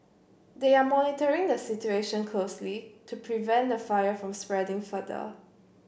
they are monitoring the situation closely to prevent the fire from spreading further